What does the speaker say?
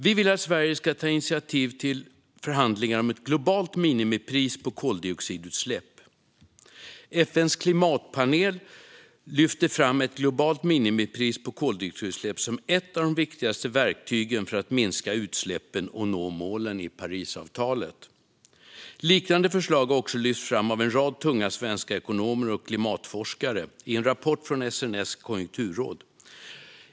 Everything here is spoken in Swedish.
Vi vill att Sverige ska ta initiativ till förhandlingar om ett globalt minimipris på koldioxidutsläpp. FN:s klimatpanel lyfter fram ett globalt minimipris på koldioxidutsläpp som ett av de viktigaste verktygen för att minska utsläppen och nå målen i Parisavtalet. Liknande förslag har också lyfts fram av en rad tunga svenska ekonomer och klimatforskare i en rapport från SNS konjunkturråd.